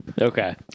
okay